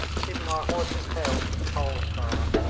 keeping our horses' tails to the pole star.